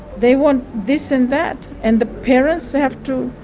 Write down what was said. they want this and that, and the parents have to